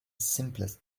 simplest